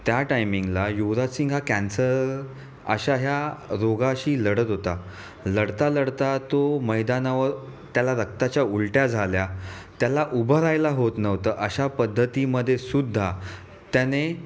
त्या टायमिंगला युवराज सिंग हा कॅन्सर अशा ह्या रोगाशी लढत होता लढता लढता तो मैदानावर त्याला रक्ताच्या उलट्या झाल्या त्याला उभं रहायला होत नव्हतं अशा पद्धतीमध्ये सुद्धा त्याने